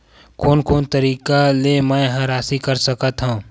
कोन कोन तरीका ले मै ह राशि कर सकथव?